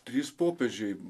trys popiežiai